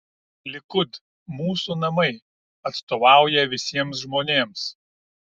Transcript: likud mūsų namai atstovauja visiems žmonėms